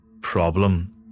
problem